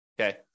Okay